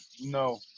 No